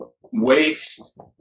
waste